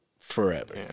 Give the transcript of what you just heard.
Forever